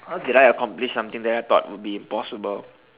how did I accomplish something that I thought would be impossible